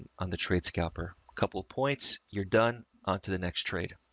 on the trade scalper, couple points you're done onto the next trade.